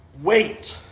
wait